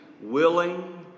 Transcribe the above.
willing